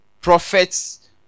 Prophets